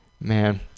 Man